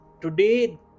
Today